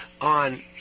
on